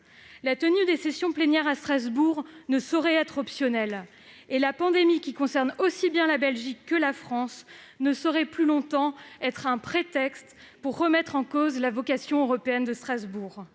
La tenue des sessions plénières à Strasbourg ne saurait être optionnelle et la pandémie, qui concerne aussi bien la Belgique que la France, ne saurait plus longtemps être un prétexte pour remettre en cause la vocation européenne de Strasbourg.